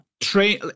train